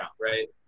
right